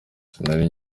sinari